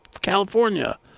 California